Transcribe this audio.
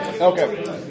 Okay